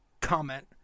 comment